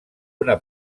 una